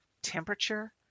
temperature